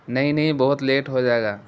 نہیں نہیں بہت لیٹ ہو جائے گا